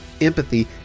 empathy